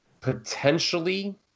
potentially